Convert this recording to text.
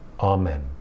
Amen